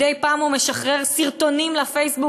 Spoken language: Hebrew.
מדי פעם הוא משחרר סרטונים לפייסבוק